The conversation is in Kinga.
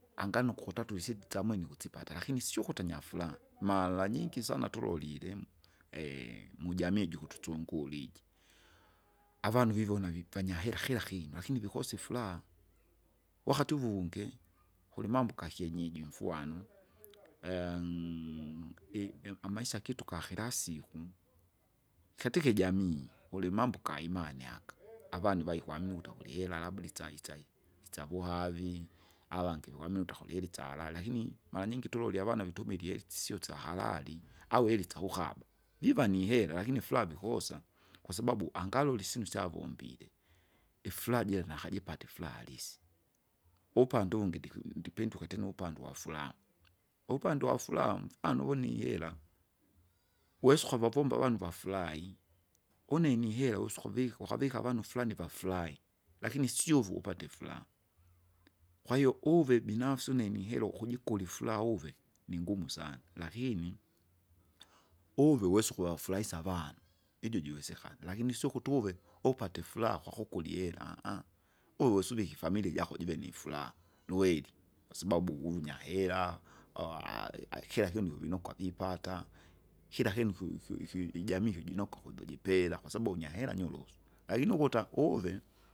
Angano ukukutatula isida itsamwene ikusipata, lakini sio ukuti anyafuraha maranyingi sana tulolilemu. mujamii ijukututsungula iji, avanu vivona vifanya hera kira kinu, lakini vikosa ifuraha, wakati uvungie kulimambo gakyenyeji umfwano i- i- amaisha kitu kakilasiku, katika ijamii, kulimambo gaimanyaka, avanu vaikwamini ukuta akulie ihera labada itsai- itsai- itsahuhavi, avange vikwamini utakulile isyaharali lakini, maranyingi tuloli avana vitumila ihera itsisio syaharali, au ihera syakukaba. Viva nihera, lakini ifuraha vikosa, kwasababu angalole isyinu syavombile. Ifuraha jira nakajipata ifuraha harisi. Upande uvungi ndikwi- ndipinduke tena uvupande tena uvupande uwafuraha, uvupande wafuraha, mfano uvo nihera, wesa ukavavomba avanu vafurahi, une nihera usukuviki ukavika avanu frani vafurahi, lakini sio uvupate ifuraha. Kwahiyo uve binafsi unimihera ukujikula ifuraha uve, ningumu sana, lakini, uve uwesa ukuvafurahisa avanu ijo jiwesekana, lakini sio uve upate upate ifuraha kwakukula ihera. Uwe uwesa uvike ifamilia jako jive nifuraha, lueri, kwasababu wunyahera akila kinu vinokwa vipata, kira kinu ikui- ikui- ikui ijamii ikujinokwa ukuju jipera kwasabu unyahera nyorosu, lakini ukuta uve.